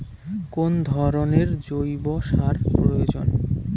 কোন ধরণের জৈব সার প্রয়োজন?